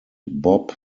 bob